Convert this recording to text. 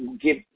give